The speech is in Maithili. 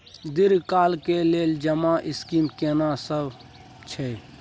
दीर्घ काल के लेल जमा स्कीम केना सब छै?